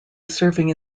serving